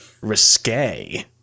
risque